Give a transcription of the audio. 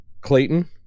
Clayton